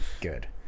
Good